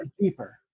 deeper